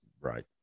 Right